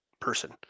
person